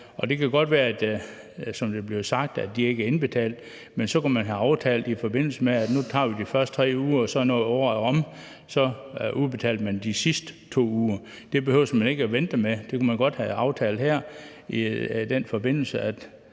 det blev sagt, at de ikke er indbetalt, men så kunne man have aftalt det i forbindelse med, at man nu tog de første 3 uger, og når året så var omme, udbetalte man de sidste 2 uger. Det behøvedes man ikke at vente med. Det kunne man godt have aftalt her i den forbindelse,